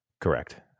Correct